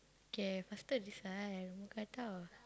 okay faster decide mookata or